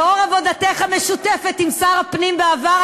לאור עבודתך המשותפת עם שר הפנים בעבר,